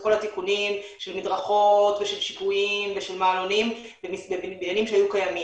כל התיקונים של מדרכות ושל שיפועים ושל מעלונים בבניינים שהיו קיימים.